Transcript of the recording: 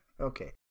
Okay